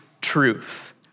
truth